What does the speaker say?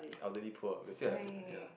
elderly poor we're still at ya